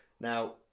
Now